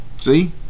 See